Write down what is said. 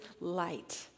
light